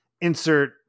insert